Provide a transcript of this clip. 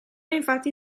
infatti